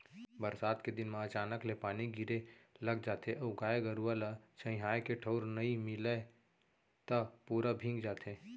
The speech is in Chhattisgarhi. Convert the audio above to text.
बरसात के दिन म अचानक ले पानी गिरे लग जाथे अउ गाय गरूआ ल छंइहाए के ठउर नइ मिलय त पूरा भींग जाथे